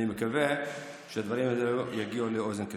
אני מקווה שהדברים האלה יגיעו לאוזניים קשובות.